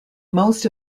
most